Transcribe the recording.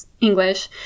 English